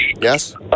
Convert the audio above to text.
Yes